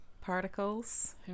particles